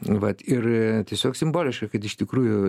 vat ir tiesiog simboliška kad iš tikrųjų